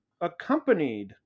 accompanied